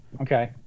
Okay